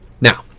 Now